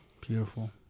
beautiful